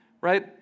right